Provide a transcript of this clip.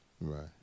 Right